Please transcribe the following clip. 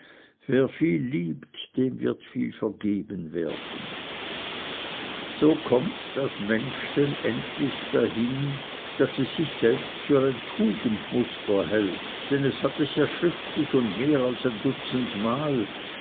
wer viel liebt dem wird viel vergeben werden so kommt das mensch denn endlich dahin daß es sich selbst für ein tugendmuster hält denn es hat es ja schriftlich und mehr als ein dutzendmal